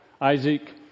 Isaac